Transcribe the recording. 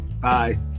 Bye